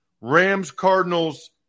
Rams-Cardinals